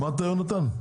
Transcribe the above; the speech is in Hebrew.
שמעת, יונתן?